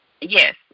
Yes